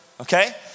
okay